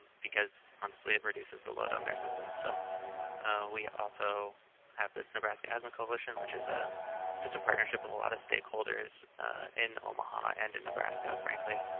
because honestly, it reduces the load on their system. so we also have this nebraska asthma coalition, which is ah just a partnership of a lot of stakeholders in omaha and in nebraska, frankly,